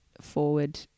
forward